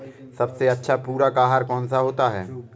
सबसे अच्छा पूरक आहार कौन सा होता है?